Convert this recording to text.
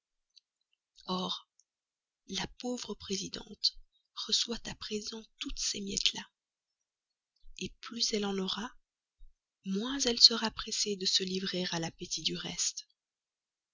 la pauvre présidente reçoit à présent toutes ces miettes là plus elle en aura moins elle sera pressée de se livrer à l'appétit du reste